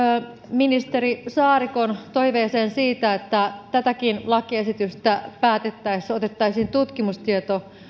ministeri saarikon toiveeseen siitä että tätäkin lakiesitystä päätettäessä otettaisiin tutkimustieto